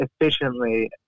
efficiently